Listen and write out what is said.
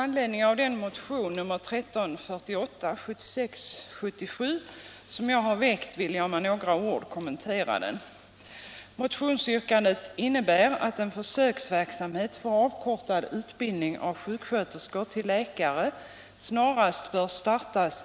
Herr talman! Jag vill med några ord kommentera den motion som jag väckt, 1976/77:1348.